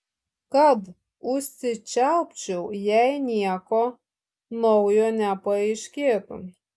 kad užsičiaupčiau jei nieko naujo nepaaiškėtų